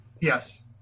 Yes